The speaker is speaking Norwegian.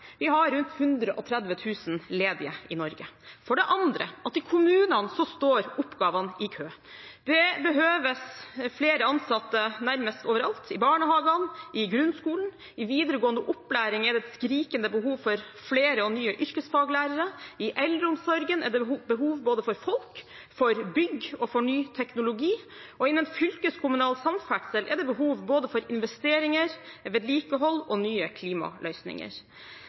første har rundt 130 000 ledige i Norge, og for det andre står oppgavene i kommunene i kø. Det behøves flere ansatte nærmest overalt i barnehagene og i grunnskolen, og i videregående opplæring er det et skrikende behov for flere og nye yrkesfaglærere. I eldreomsorgen er det behov både for folk, for bygg og for ny teknologi, og innen fylkeskommunal samferdsel er det behov for både investeringer, vedlikehold og nye klimaløsninger.